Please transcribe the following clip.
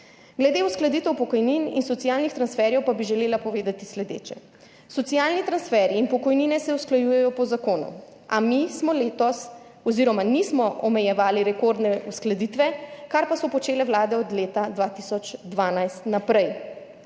Glede uskladitev pokojnin in socialnih transferjev pa bi želela povedati sledeče. Socialni transferji in pokojnine se usklajujejo po zakonu, a mi letos nismo omejevali rekordne uskladitve, kar pa so počele vlade od leta 2012 naprej.